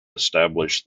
established